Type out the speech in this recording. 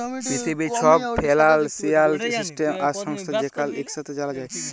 পিথিবীর ছব financial system আর সংস্থা যেখালে ইকসাথে জালা যায়